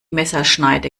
messerschneide